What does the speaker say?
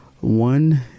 One